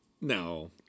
No